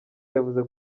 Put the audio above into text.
yavuze